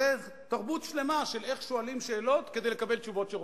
זו תרבות שלמה של איך שואלים שאלות כדי לקבל תשובות שרוצים.